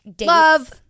Love